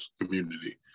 community